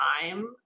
time